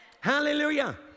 Hallelujah